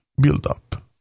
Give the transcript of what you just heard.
buildup